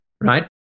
right